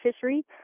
fishery